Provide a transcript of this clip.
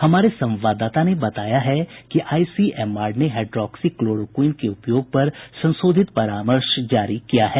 हमारे संवाददाता ने बताया है कि आईसीएमआर ने हाईड्रॉक्सीक्लोरोक्विन के उपयोग पर संशोधित परामर्श जारी किया है